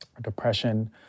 depression